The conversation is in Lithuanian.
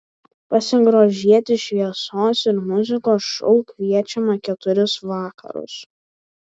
pasigrožėti šviesos ir muzikos šou kviečiama keturis vakarus